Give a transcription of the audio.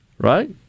right